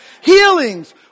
Healings